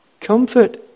Comfort